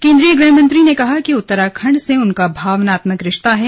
केंद्रीय गृहमंत्री ने कहा कि उत्तराखंड से उनका भावनात्मक रिश्ता है